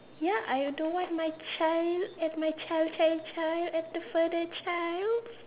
ya I don't want my child and my child child child at the further child